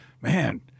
man